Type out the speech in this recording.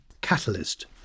catalyst